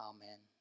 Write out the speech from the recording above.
Amen